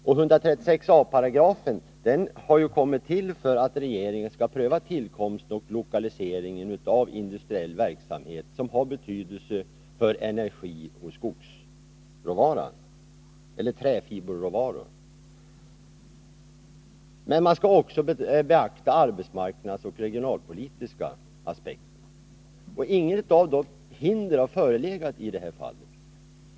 136 a § har kommit till för att regeringen skall pröva tillstånden för och lokaliseringen av industriell verksamhet som har betydelse för energioch träfiberråvaror. Men man skulle också beakta arbetsmarknadsoch regionalpolitiska aspekter. Inget av de hindren har förelegat i detta fall.